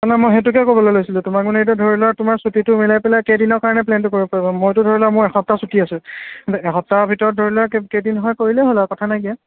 মানে মই সেইটোকে ক'বলৈ লৈছিলো তোমাৰ মানে এতিয়া ধৰি লোৱা তোমাৰ ছুটীটো মিলাই পেলাই কেইদিনৰ কাৰণে প্লেনটো কৰিব পাৰিবা মইতো ধৰি লোৱা মোৰ এসপ্তাহ ছুটী আছে এসপ্তাহৰ ভিতৰত ধৰি লোৱা কে কেইদিন হয় কৰিলেই হ'ল আৰু কথা নাইকীয়া